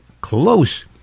close